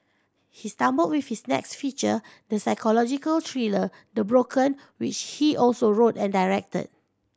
he stumbled with his next feature the psychological thriller The Broken which he also wrote and directed